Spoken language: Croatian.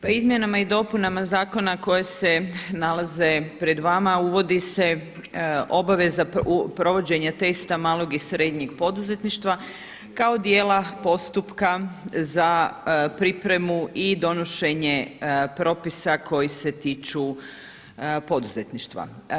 Pa izmjenama i dopunama zakona koje se nalaze pred vama uvodi se obaveza provođenja testa malog i srednjem poduzetništva kao djela postupka za pripremu i donošenje propisa koji se tiču poduzetništva.